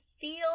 feel